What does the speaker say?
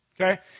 okay